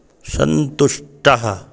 सन्तुष्टः